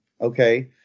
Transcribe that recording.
okay